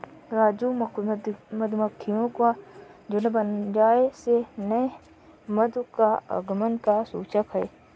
राजू मधुमक्खियों का झुंड बन जाने से नए मधु का आगमन का सूचक है